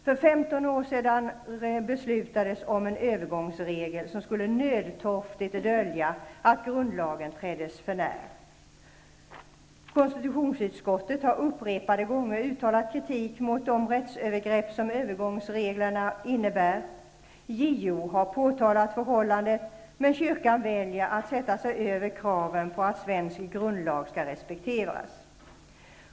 För 15 år sedan beslutades om en övergångsregel som skulle nödtorftigt dölja att grundlagen träddes för när. Konstitutionsutskottet har upprepade gånger uttalat kritik mot de rättsövergrepp som övergångsreglerna innebär. JO har påtalat förhållandet, men kyrkan väljer att sätta sig över kraven på att svensk grundlag skall respekteras.